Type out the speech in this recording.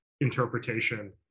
interpretation